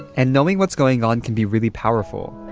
and knowing what's going on can be really powerful.